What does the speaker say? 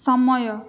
ସମୟ